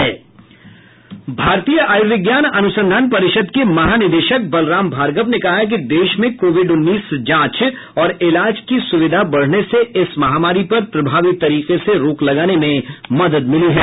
भारतीय आयुर्विज्ञान अनुसंधान परिषद के महानिदेशक बलराम भार्गव ने कहा है कि देश में कोविड उन्नीस जांच और इलाज की सुविधा बढने से इस महामारी पर प्रभावी तरीके से रोक लगाने में मदद मिली है